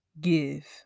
give